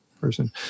person